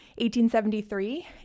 1873